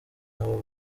nabo